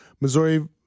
Missouri